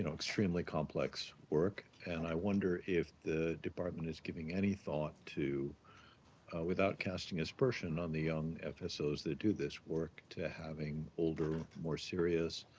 and extremely complex work, and i wonder if department is giving any thought to without casting aspersion on the young fsos that do this work, to having older, more serious,